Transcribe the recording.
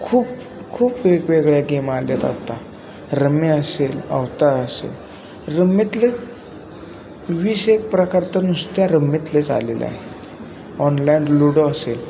खूप खूप वेगवेगळ्या गेम आल्या आहेत आत्ता रम्मी असेल अवतार असेल रम्मीतले वीसेक प्रकार तर नुसत्या रम्मीतलेच आलेले आहेत ऑनलाइन लूडो असेल